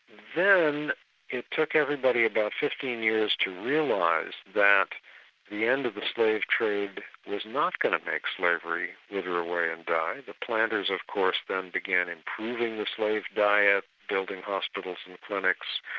then it took everybody about fifteen years to realise that the end of the slave trade was not going to make slavery wither away and die, the planters of course then began improving the slave diet, building hospitals and clinics,